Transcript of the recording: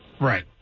Right